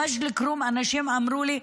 במג'ד אל-כרום אנשים אמרו לי: